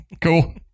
Cool